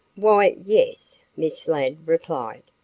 why, yes, miss ladd replied.